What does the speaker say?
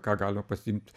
ką galima pasiimt